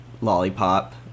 Lollipop